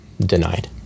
denied